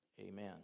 Amen